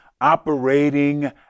operating